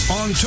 on